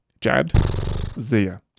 jadzia